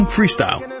Freestyle